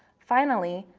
finally,